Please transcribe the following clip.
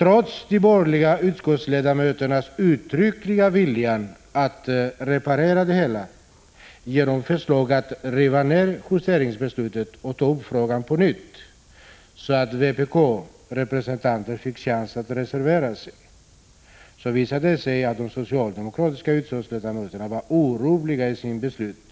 Trots de borgerliga utskottsledamöternas uttryckliga vilja att reparera det hela genom förslaget att man skulle riva upp justeringsbeslutet och på nytt behandla frågan, så att vpk-representanten fick chans att reservera sig, var det omöjligt att få en ändring till stånd. Det visade sig nämligen att de socialdemokratiska utskottsledamöterna var orubbliga i sitt beslut